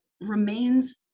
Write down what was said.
remains